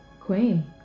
queen